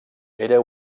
era